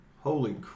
Holy